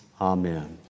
Amen